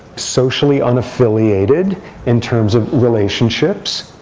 socially unaffiliated in terms of relationships,